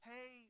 Hey